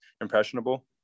impressionable